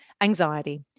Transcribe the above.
anxiety